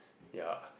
ya